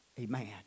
amen